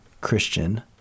Christian